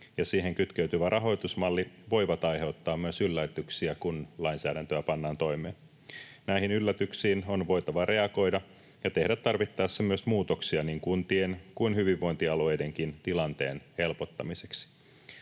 siihen kytkeytyvä rahoitusmalli voivat aiheuttaa myös yllätyksiä, kun lainsäädäntöä pannaan toimeen. Näihin yllätyksiin on voitava reagoida ja tehdä tarvittaessa myös muutoksia niin kuntien kuin hyvinvointialueidenkin tilanteen helpottamiseksi.